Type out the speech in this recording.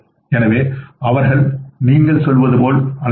எனவே அவர்களை நீங்கள் சொல்வது போல் அழைக்கலாம்